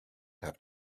have